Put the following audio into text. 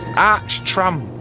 arch tram.